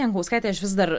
jankauskaite aš vis dar